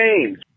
games